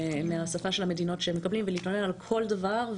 מהשפות של המדינות שהם מקבלים ולהתלונן על כל דבר.